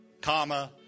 comma